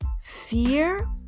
fear